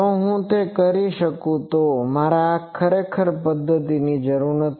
જો હું તે કરી શકું તો મારે આ પદ્ધતિની જરૂર નથી